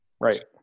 Right